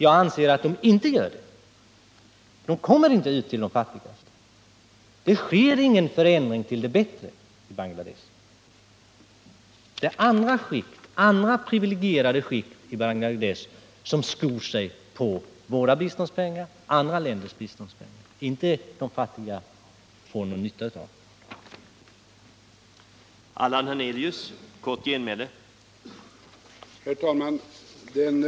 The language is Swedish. Jag anser att pengarna inte går till de fattigaste. Det sker ingen förändring till det bättre i Bangladesh för dem, utan det är privilegierade skikt i Bangladesh som skor sig på vårt lands och andra länders bistånd, medan de fattiga människorna inte får någon nytta av biståndspengarna.